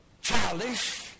childish